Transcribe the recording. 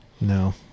No